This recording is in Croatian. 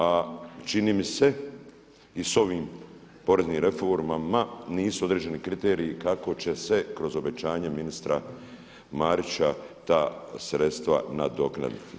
A čini mi se i s ovim poreznim reformama nisu određeni kriteriji kako će se kroz obećanje ministra Marića ta sredstva nadoknaditi.